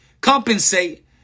compensate